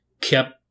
kept